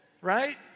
right